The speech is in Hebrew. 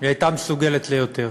היא הייתה מסוגלת ליותר.